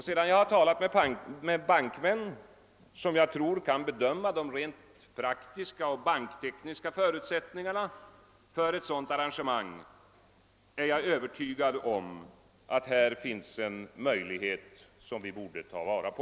Sedan jag talat med bankmän, som jag tror kan bedöma de rent praktiska och banktekniska förutsättningarna för ett sådant arrangemang, är jag övertygad om att det här finns möjligheter som vi borde ta vara på.